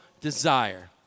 desire